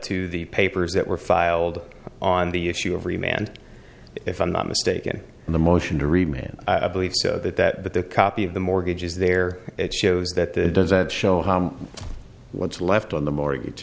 to the papers that were filed on the issue of remained if i'm not mistaken the motion to remain i believe so that that that the copy of the mortgage is there it shows that the does that show what's left on the mortgage